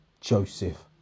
Joseph